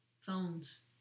phones